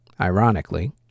ironically